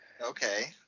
Okay